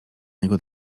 niego